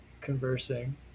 conversing